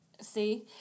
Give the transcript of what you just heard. See